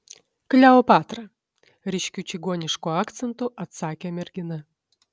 kleopatra ryškiu čigonišku akcentu atsakė mergina